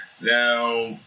Now